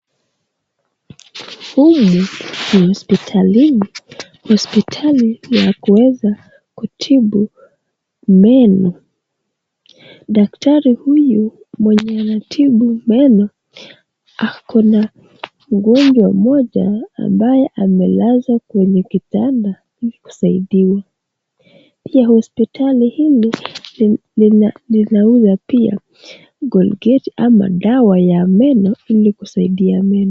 Humu ni hospitalini. Hospitali ya kuweza kutibu meno. Daktari huyu mwenye anatibu meno ako na mgonjwa mmoja ambae amelazwa kwenye kitanda asaidiwe. Pia hospitali hili lina linauza pia Colgate ama dawa ya meno ili kusaidia meno.